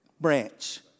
branch